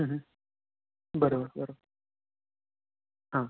बरोबर बरोबर हां